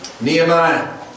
Nehemiah